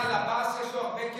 לך על עבאס, יש לו הרבה כסף.